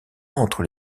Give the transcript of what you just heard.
entre